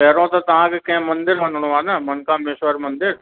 पहिरियों त तव्हांखे कंहिं मंदरु वञिणो आहे न मनकामेश्वर मंदरु